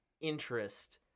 interest